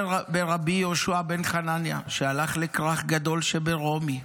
מעשה ברבי יהושע בן חנניה שהלך לכרך גדול שברומי,